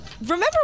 remember